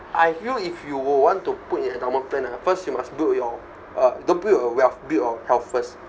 I feel if you would want to put in endowment plan ah first you must build your uh don't build your wealth well build your health first